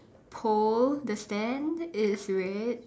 pole the stand is red